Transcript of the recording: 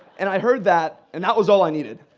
and i heard that, and that was all i needed.